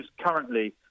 currently